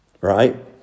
Right